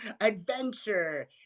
adventure